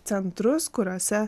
centrus kuriuose